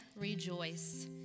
rejoice